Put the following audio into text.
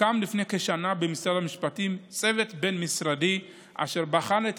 הוקם לפני כשנה במשרד המשפטים צוות בין-משרדי אשר בחן את